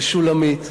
ושולמית,